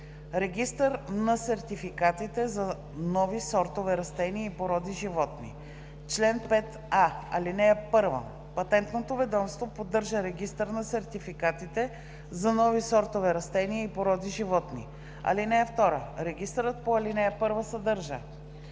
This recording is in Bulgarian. „Регистър на сертификатите за нови сортове растения и породи животни Чл. 5а. (1) Патентното ведомство поддържа Регистър на сертификатите за нови сортове растения и породи животни. (2) Регистърът по ал. 1 съдържа: